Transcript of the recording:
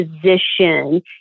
position